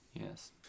yes